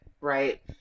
right